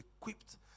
equipped